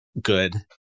good